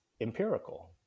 empirical